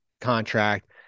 contract